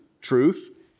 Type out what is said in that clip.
truth